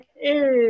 Yes